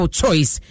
choice